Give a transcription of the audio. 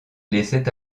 laissait